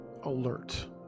alert